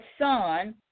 son